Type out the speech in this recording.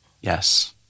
Yes